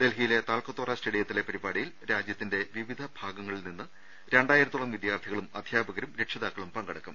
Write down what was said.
ഡൽഹിയിലെ താൽക്കത്തോറ സ്റ്റേഡിയത്തിലെ പരിപാടിയിൽ രാജ്യത്തിന്റെ വിവിധ ഭാഗങ്ങളിൽ നിന്ന് രണ്ടായിരത്തോളം വിദ്യാർഥികളും അധ്യാപകരും രക്ഷിതാക്കളും പങ്കെടുക്കും